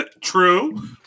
True